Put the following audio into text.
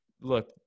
look